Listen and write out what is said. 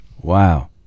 Wow